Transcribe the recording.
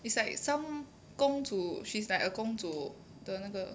it's like some 公主 she's like a 公主的那个